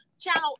Channel